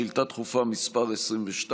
שאילתה דחופה מס' 22,